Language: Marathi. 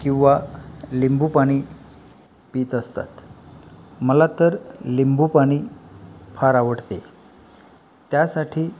किंवा लिंबू पाणी पीत असतात मला तर लिंबू पाणी फार आवडते त्यासाठी